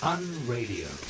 Unradio